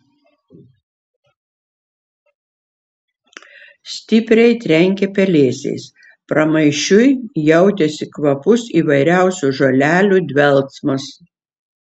stipriai trenkė pelėsiais pramaišiui jautėsi kvapus įvairiausių žolelių dvelksmas